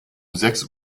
sechs